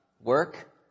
Work